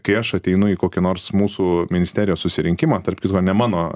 kai aš ateinu į kokį nors mūsų ministerijos susirinkimą tarp kitko ne mano